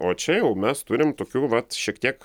o čia jau mes turim tokių vat šiek tiek